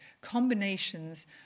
combinations